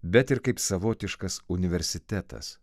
bet ir kaip savotiškas universitetas